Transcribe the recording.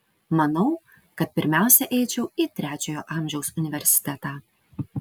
manau kad pirmiausia eičiau į trečiojo amžiaus universitetą